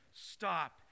Stop